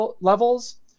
levels